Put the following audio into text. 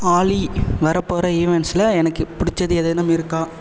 ஆலி வரப்போற ஈவெண்ட்ஸில் எனக்கு பிடிச்சது ஏதேனும் இருக்கா